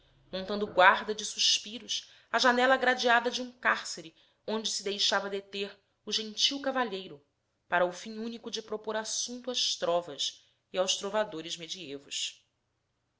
montando guarda de suspiros à janela gradeada de um cárcere onde se deixava deter o gentil cavalheiro para o fim único de propor assunto às trovas e aos trovadores medievos